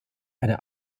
eine